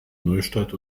neustadt